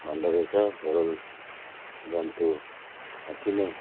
भन्दो रहेछ घोरल जन्तु अति नै